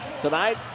tonight